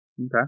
Okay